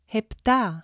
Hepta